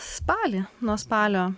spalį nuo spalio